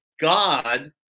God